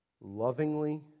lovingly